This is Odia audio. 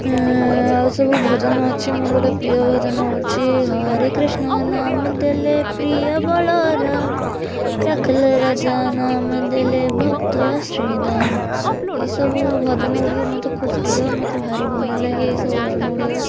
ହଁ ଆଉ ସବୁ ଭଜନ ଅଛି ମୋର ଗୋଟେ ପ୍ରିୟ ଭଜନ ହେଉଛି ହରେ କୃଷ୍ଣ ନାମ ଦେଲେ ପ୍ରିୟ ବଳରାମ ରଖଲେ ରାଜା ନାମ ଦେଲେ ଭକ୍ତ ଶ୍ରୀ ଦାମ ଏ ସବୁ ଭଜନ ଗୁଡ଼ିକ ମୋତେ ବହୁତ ପ୍ରିୟ ମୋତେ ଭାରି ଭଲ ଲାଗେ ଏହି ସବୁ ଭଜନ ଗୁଡ଼ିକ